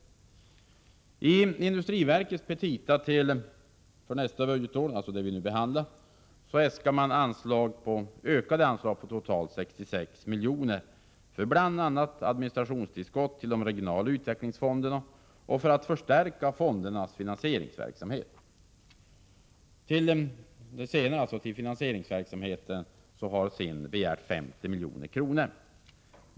Tindustriverkets petita för nästa budgetår, alltså det vi nu behandlar, äskar man ökade anslag på totalt 66 milj.kr. för bl.a. administrationstillskott till de regionala utvecklingsfonderna och för att förstärka fondernas finansieringsverksamhet. Till finansieringsverksamheten har SIND begärt 50 milj.kr.